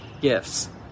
gifts